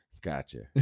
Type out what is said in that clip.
Gotcha